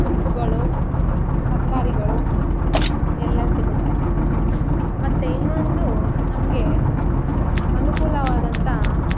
ಸೊಪ್ಪುಗಳು ತರಕಾರಿಗಳು ಎಲ್ಲ ಸಿಗುತ್ತೆ ಮತ್ತು ಇನ್ನೊಂದು ನಮಗೆ ಅನುಕೂಲವಾದಂಥ